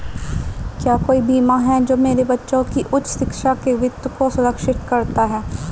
क्या कोई बीमा है जो मेरे बच्चों की उच्च शिक्षा के वित्त को सुरक्षित करता है?